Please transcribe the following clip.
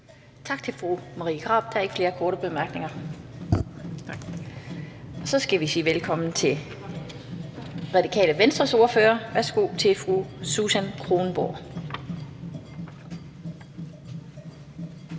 Tak til fru Marie Krarup. Der er ikke flere korte bemærkninger. Så skal vi sige velkommen til Radikale Venstres ordfører. Værsgo til fru Susan Kronborg.